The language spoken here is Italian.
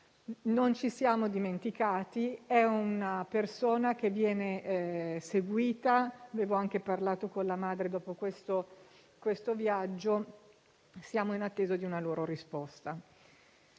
Non ci siamo dimenticati, è una persona che viene seguita, avevo anche parlato con la madre dopo questo viaggio; siamo in attesa di una loro risposta.